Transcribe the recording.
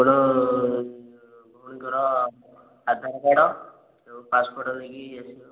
ଆପଣ ଭଉଣୀଙ୍କର ଆଧାର କାର୍ଡ଼ ଯେଉଁ ପାସପୋର୍ଟ୍ ନେଇକି ଆସିବେ ଆଉ